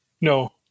No